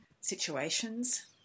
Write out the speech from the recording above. situations